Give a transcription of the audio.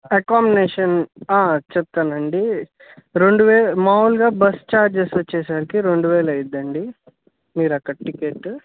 accommodation చెబుతానండి రెండు వే మామూలుగా బస్ చార్జెస్ వచ్చేసరికి రెండు వేలు అయిద్దండి మీరక్కడ టిక్కెట్